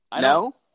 No